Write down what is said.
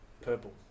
purple